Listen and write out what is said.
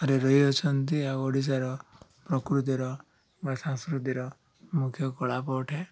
ରେ ରହିଅଛନ୍ତି ଆଉ ଓଡ଼ିଶାର ପ୍ରକୃତିର ବା ସଂସ୍କୃତିର ମୁଖ୍ୟ କଳାପଠେ